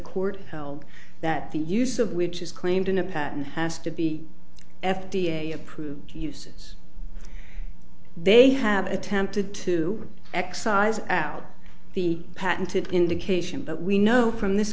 court held that the use of which is claimed in a patent has to be f d a approved uses they have attempted to excise out the patented indication but we know from this